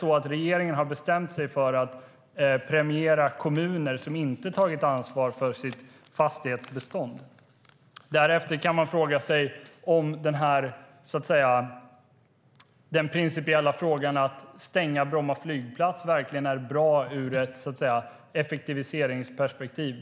Har regeringen bestämt sig för att premiera kommuner som inte har tagit ansvar för sitt fastighetsbestånd? Därefter kan man fråga sig om den principiella frågan att stänga Bromma flygplats verkligen är bra ur ett effektiviseringsperspektiv.